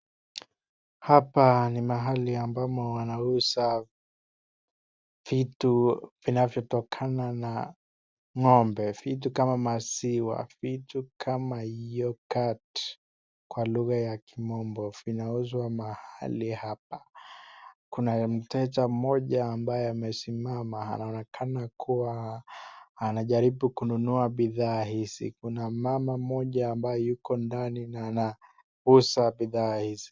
Hapa ni mahali ambamo wanauza vitu vinavyotokana na ng'ombe. Vitu kama maziwa, vitu kama yogurt kwa lugha ya kimombo vinauzwa mahali hapa. Kuna mteja mmoja ambaye amesimama anaonekana kuwa anajaribu kununua bidhaa hizi. Kuna mama mmoja ambaye yuko ndani na anauza bidhaa hizi.